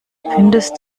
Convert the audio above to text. findest